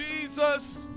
Jesus